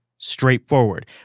straightforward